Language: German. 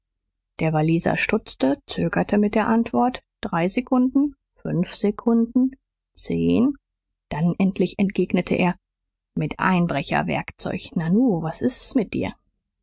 der walliser stutzte zögerte mit der antwort drei sekunden fünf sekunden zehn dann endlich entgegnete er mit einbrecherwerkzeug nanu was ist's mit dir